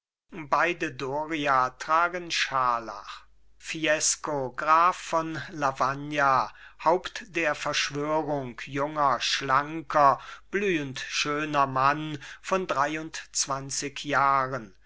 beide doria tragen scharlach fiesco graf von lavagna haupt der verschwörung junger schlanker blühend schöner mann von dreiundzwanzig jahren